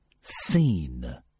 seen